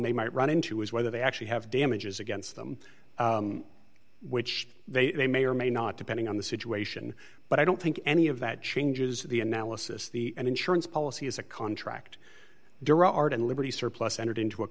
they might run into is whether they actually have damages against them which they may or may not depending on the situation but i don't think any of that changes the analysis the insurance policy is a contract dura art and liberty surplus entered into a